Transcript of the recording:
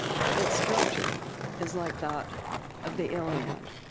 its structure is like that of the iliad,